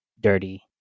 dirty